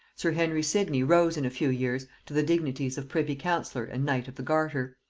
sir henry sidney rose in a few years to the dignities of privy-councillor and knight of the garter.